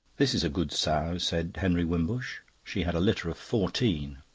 this is a good sow, said henry wimbush. she had a litter of fourteen.